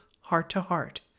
heart-to-heart